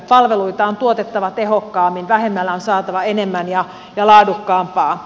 palveluita on tuotettava tehokkaammin vähemmällä on saatava enemmän ja laadukkaampaa